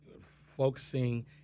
focusing